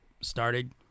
started